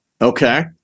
Okay